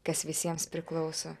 kas visiems priklauso